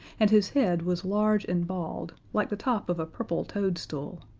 and his head was large and bald, like the top of a purple toadstool,